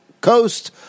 coast